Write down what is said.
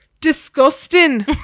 disgusting